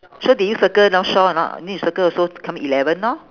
so did you circle north shore or not need to circle also to become eleven lor